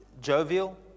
jovial